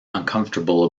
uncomfortable